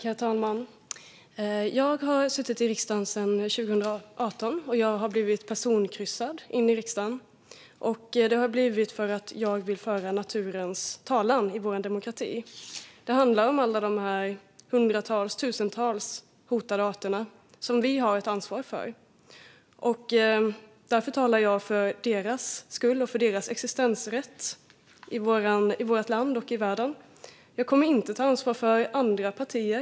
Herr talman! Jag har suttit i riksdagen sedan 2018 och har blivit personkryssad in i riksdagen. Det har jag blivit för att jag vill föra naturens talan i vår demokrati. Det handlar om alla de tusentals hotade arter som vi har ansvar för. Därför talar jag för deras skull och för deras existensrätt i vårt land och i världen. Jag kommer inte att ta ansvar för andra partier.